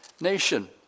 nation